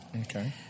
Okay